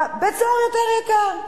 בית-סוהר יותר יקר.